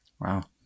Wow